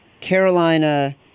Carolina